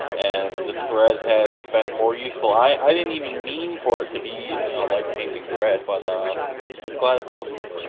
and this thread has been more useful. i didn't even mean for it to be a life changing thread, but glad i posted.